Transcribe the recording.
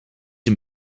een